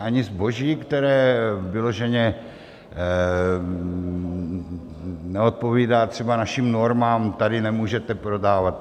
Ani zboží, které vyloženě neodpovídá třeba našim normám, tady nemůžete prodávat.